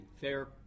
fair